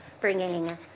bringing